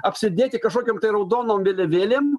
apsidėti kažkokiom raudonom vėliavėlėm